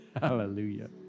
Hallelujah